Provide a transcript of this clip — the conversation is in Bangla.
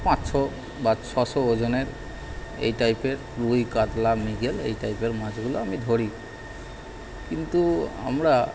পাঁচশো বা ছশো ওজনের এই টাইপের রুই কাতলা মৃগেল এই টাইপের মাছগুলো আমি ধরি কিন্তু আমরা